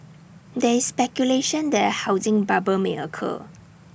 there is speculation that A housing bubble may occur